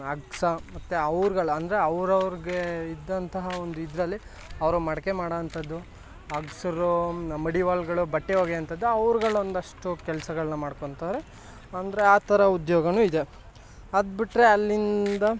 ಅಗಸ ಮತ್ತು ಅವ್ರ್ಗಳು ಅಂದರೆ ಅವ್ರವ್ರಿಗೆ ಇದ್ದಂತಹ ಒಂದು ಇದರಲ್ಲಿ ಅವರು ಮಡಿಕೆ ಮಾಡುವಂಥದ್ದು ಅಗಸ್ರು ಮಡಿವಾಳಗಳು ಬಟ್ಟೆ ಒಗಿವಂಥದ್ದು ಅವ್ರುಗಳು ಒಂದಷ್ಟು ಕೆಲ್ಸಗಳನ್ನ ಮಾಡ್ಕೊತವ್ರೆ ಅಂದರೆ ಆ ಥರ ಉದ್ಯೋಗವೂ ಇದೆ ಅದು ಬಿಟ್ರೆ ಅಲ್ಲಿಂದ